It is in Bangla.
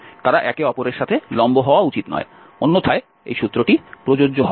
তারা একে অপরের সাথে লম্ব হওয়া উচিত নয় অন্যথায় এই সূত্রটি প্রযোজ্য হবে না